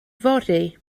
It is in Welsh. fory